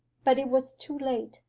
but it was too late.